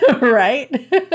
right